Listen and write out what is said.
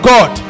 God